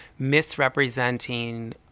misrepresenting